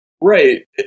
right